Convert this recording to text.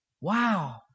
Wow